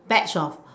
batch of